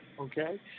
Okay